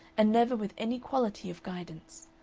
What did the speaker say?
and never with any quality of guidance.